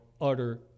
utter